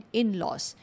in-laws